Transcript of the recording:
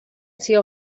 zion